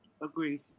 Agree